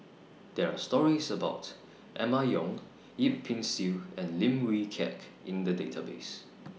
There Are stories about Emma Yong Yip Pin Xiu and Lim Wee Kiak in The Database